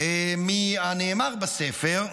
מהנאמר בספר,